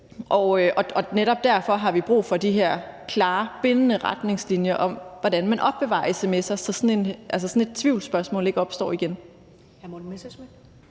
og netop derfor har vi brug for de her klare bindende retningslinjer om, hvordan man opbevarer sms'er, så sådan et tvivlsspørgsmål ikke opstår igen.